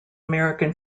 american